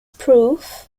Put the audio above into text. proof